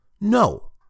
No